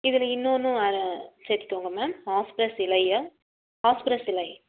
இதில் இன்னொன்றும் சேர்த்துக்கோங்க மேம் பாஸ்ப்ரெஸ் இலையை பாஸ்ப்ரெஸ் இலை